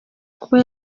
kuba